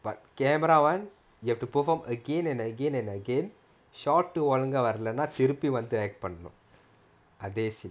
but camera one you have to perform again and again and again shot ஒழுங்கா வரலைனா திருப்பி வந்து:olungaa varalainaa thirupi vanthu act பண்ணனும்:pannanum